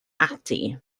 ati